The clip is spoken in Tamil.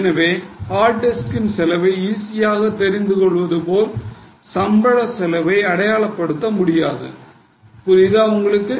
எனவே ஹார்ட் டிஸ்கின் செலவை ஈஸியாக தெரிந்து கொள்வது போல் சம்பளம் செலவை அடையாளப்படுத்த முடியாது புரியுதா உங்களுக்கு